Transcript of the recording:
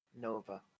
Nova